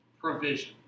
provision